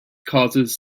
causes